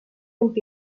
vint